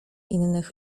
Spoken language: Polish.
innych